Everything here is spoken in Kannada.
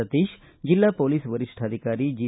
ಸತೀಶ ಜಿಲ್ಲಾ ಮೊಲೀಸ್ ವರಿಷ್ಠಾಧಿಕಾರಿ ಜಿ